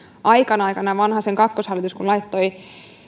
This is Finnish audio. aikana vaikka aikanaan vanhasen kakkoshallitus laittoi